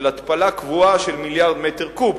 של התפלה קבועה של מיליארד מטר קוב.